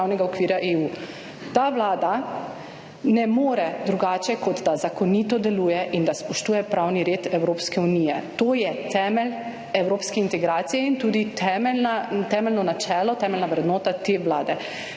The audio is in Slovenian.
Ta Vlada ne more drugače, kot da zakonito deluje in da spoštuje pravni red Evropske unije. To je temelj evropske integracije in tudi temeljno načelo, temeljna vrednota te Vlade.